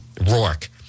Rourke